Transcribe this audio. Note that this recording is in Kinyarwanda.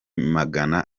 magana